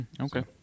Okay